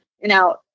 now